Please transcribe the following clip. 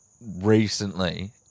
Recently